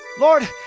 Lord